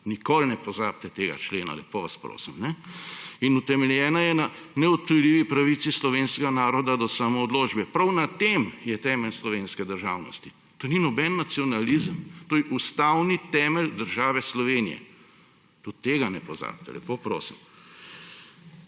Nikoli ne pozabite tega člena, lepo vas prosim. In utemeljena je na neodtujljivi pravici slovenskega naroda do samoodločbe. Prav na tem je temelj slovenske državnosti. To ni noben nacionalizem. To je ustavni temelj države Slovenije. Tudi tega ne pozabite, lepo prosim.